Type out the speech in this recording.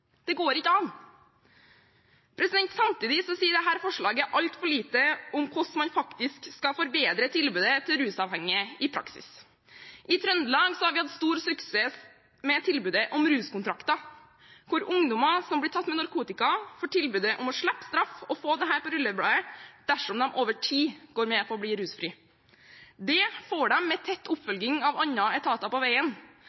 Det går ikke an. Samtidig sier dette forslaget altfor lite om hvordan man faktisk skal forbedre tilbudet til rusavhengige i praksis. I Trøndelag har vi hatt stor suksess med tilbudet om ruskontrakter, hvor ungdommer som blir tatt med narkotika, får tilbud om å slippe straff og få dette på rullebladet dersom de over tid går med på å bli rusfri. Det får dem med tett